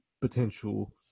potential